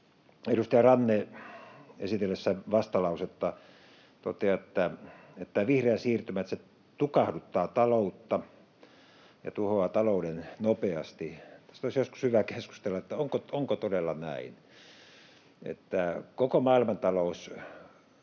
Edustaja Ranne esitellessään vastalausetta totesi, että vihreä siirtymä tukahduttaa ta-loutta ja tuhoaa talouden nopeasti. Olisi joskus hyvä keskustella siitä, onko todella näin. Koko maailmantalous,